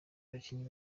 abakinnyi